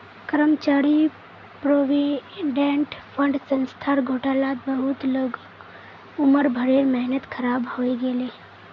कर्मचारी provident fund संस्थार घोटालात बहुत लोगक उम्र भरेर मेहनत ख़राब हइ गेले